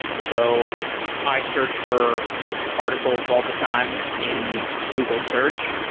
so i search for articles all the time in google search,